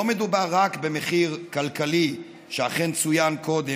לא מדובר רק במחיר כלכלי שאכן צוין קודם,